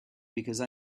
because